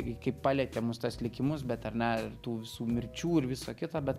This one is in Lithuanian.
kaip palietė mus tuos likimus bet ar ne ir tų visų mirčių ir viso kito bet